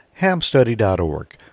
hamstudy.org